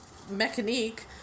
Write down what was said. mechanique